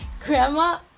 Grandma